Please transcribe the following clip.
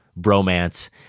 bromance